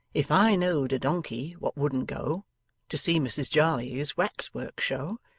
if i know'd a donkey wot wouldn't go to see mrs jarley's wax-work show,